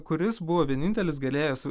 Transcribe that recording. kuris buvo vienintelis galėjęs